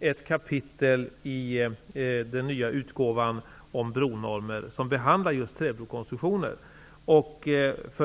ett kapitel i den nya utgåvan om bronormer som behandlar träbrokonstruktioner.